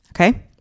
Okay